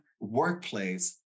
workplace